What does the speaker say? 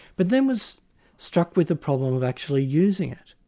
but then was struck with the problem of actually using it.